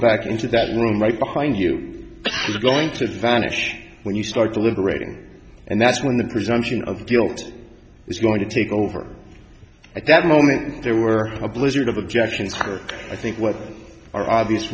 back into that room right behind you is going to vanish when you start deliberating and that's when the presumption of guilt is going to take over at that moment there were a blizzard of objections for i think what are obvious